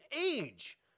age